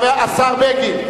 השר בגין.